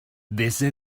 desde